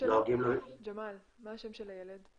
מה השם של הילד?